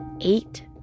eight